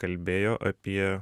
kalbėjo apie